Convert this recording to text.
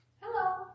Hello